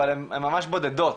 אבל הם ממש בודדות,